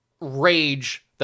rage